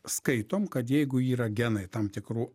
skaitom kad jeigu yra genai tam tikrų